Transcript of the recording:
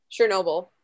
Chernobyl